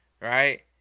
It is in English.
Right